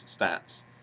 stats